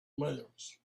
layers